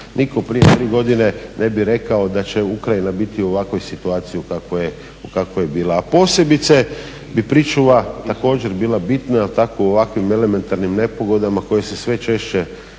Nitko prije … godine ne bi rekao da će Ukrajina biti u ovakvoj situaciji u kakvoj je bila. A posebice bi pričuva također bila bitna u ovakvim elementarnim nepogodama koje se sve češće